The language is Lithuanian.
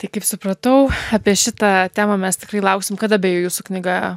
tai kaip supratau apie šitą temą mes tikrai lauksim kada beje jūsų knyga